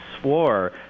swore